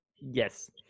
yes